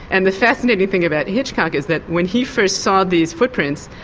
and the fascinating thing about hitchcock is that when he first saw these footprints,